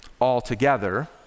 altogether